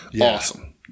Awesome